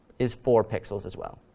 is four pixels as well.